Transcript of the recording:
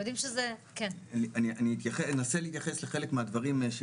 אני אנסה להתייחס לחלק מהדברים.